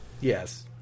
Yes